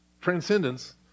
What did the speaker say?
Transcendence